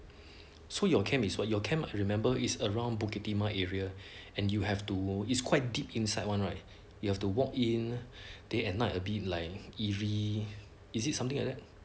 so your camp is what so your camp is cannot remember is around bukit timah area and you have to is quite deep inside one right you have to walk in then at night a bit like eerie is it something like that